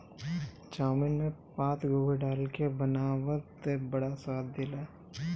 chowmein में पातगोभी डाल के बनावअ तअ बड़ा स्वाद देला